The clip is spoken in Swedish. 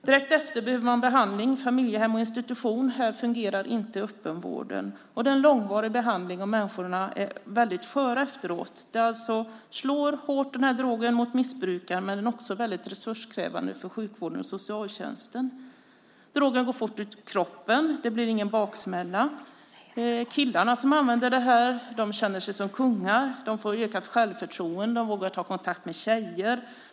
Direkt efteråt behöver de behandling, familjehem och institution. Här fungerar inte öppenvården. Det är en långvarig behandling, och människorna är väldigt sköra efteråt. Drogen slår alltså hårt mot missbrukaren, men den är också väldigt resurskrävande för sjukvården och socialtjänsten. Drogen går fort ur kroppen. Det blir ingen baksmälla. Killarna som använder den känner sig som kungar. De får ökat självförtroende och vågar ta kontakt med tjejer.